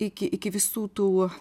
iki iki visų tų